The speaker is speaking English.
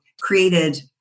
created